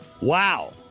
Wow